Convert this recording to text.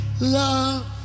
Love